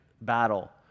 battle